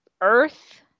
earth